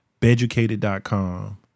Beducated.com